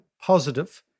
positive